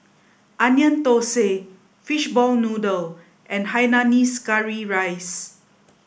Onion Thosai Fishball Noodle and Hainanese Curry Rice